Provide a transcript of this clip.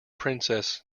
princess